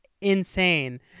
insane